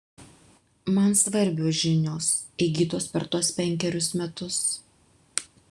man svarbios žinios įgytos per tuos penkerius metus